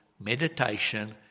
meditation